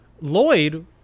Lloyd